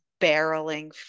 barreling